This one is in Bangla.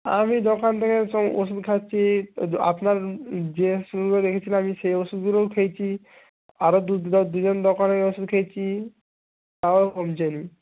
আমি দোকান থেকে ওষুধ খাচ্ছি আপনার যে আমি সেই ওষুধগুলোও খেয়েছি আরও দুজন দোকানের ওষুধ খেয়েছি তাও কমছে না